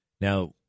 Now